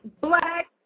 black